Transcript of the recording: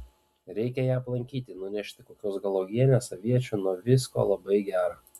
reikia ją aplankyti nunešti kokios gal uogienės aviečių nuo visko labai gera